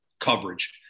coverage